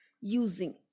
Using